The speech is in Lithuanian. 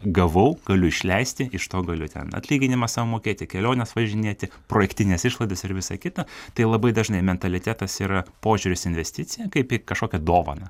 gavau galiu išleisti iš to galiu ten atlyginimą sau mokėti į keliones važinėti projektinės išlaidos ir visa kita tai labai dažnai mentalitetas yra požiūris į investiciją kaip į kažkokią dovaną